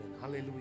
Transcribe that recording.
hallelujah